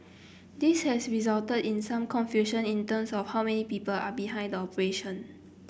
this has resulted in some confusion in terms of how many people are behind the operation